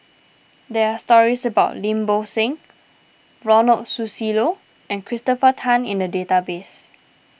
there are stories about Lim Bo Seng Ronald Susilo and Christopher Tan in the database